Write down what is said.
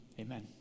Amen